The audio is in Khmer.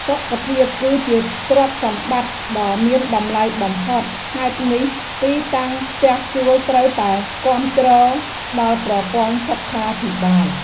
សុខភាពគឺជាទ្រព្យសម្បត្តិដ៏មានតម្លៃបំផុតហេតុនេះទីតាំងផ្ទះជួលត្រូវតែគាំទ្រដល់ប្រព័ន្ធសុខាភិបាល។